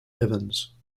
evans